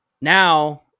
now